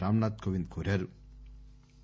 రామ్ నాథ్ కోవింద్ కోరారు